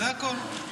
זה הכול.